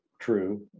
true